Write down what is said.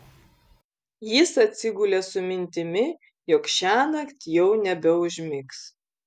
jis atsigulė su mintimi jog šiąnakt jau nebeužmigs